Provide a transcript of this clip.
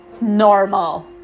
normal